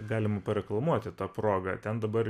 galim pareklamuoti ta proga ten dabar